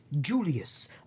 Julius